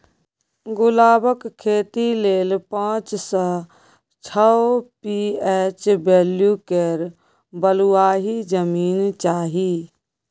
गुलाबक खेती लेल पाँच सँ छओ पी.एच बैल्यु केर बलुआही जमीन चाही